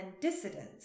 dissidents